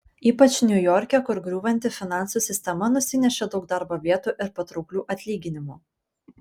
ypač niujorke kur griūvanti finansų sistema nusinešė daug darbo vietų ir patrauklių atlyginimų